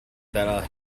that